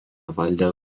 valdė